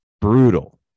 brutal